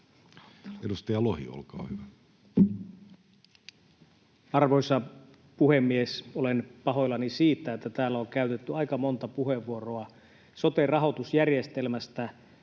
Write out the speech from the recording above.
Edustaja Lohi, olkaa hyvä. Arvoisa puhemies! Olen pahoillani siitä, että täällä on käytetty aika monta puheenvuoroa sote-rahoitusjärjestelmästä,